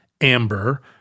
amber